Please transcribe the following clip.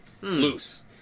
Loose